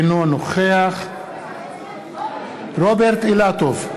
אינו נוכח רוברט אילטוב,